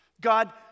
God